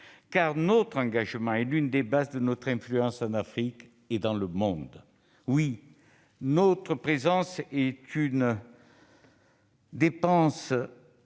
notre engagement est l'un des fondements de notre influence en Afrique et dans le monde. Oui, notre présence représente une dépense